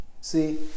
See